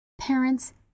Parents